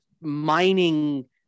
mining